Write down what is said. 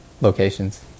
locations